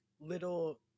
little